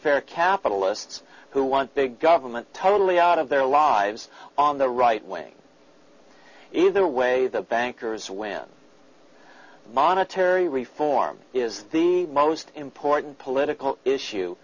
faire capitalists who want big government totally out of their lives on the right wing either way the bankers win monetary reform is the most important political issue